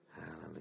Hallelujah